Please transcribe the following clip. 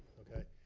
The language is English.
okay.